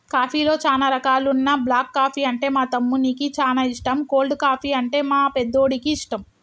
కాఫీలో చానా రకాలున్న బ్లాక్ కాఫీ అంటే మా తమ్మునికి చానా ఇష్టం, కోల్డ్ కాఫీ, అంటే మా పెద్దోడికి ఇష్టం